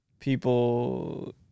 people